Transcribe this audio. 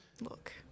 look